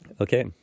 Okay